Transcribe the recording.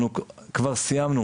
אנחנו כבר סיימנו,